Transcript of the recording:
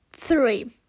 three